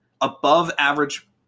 above-average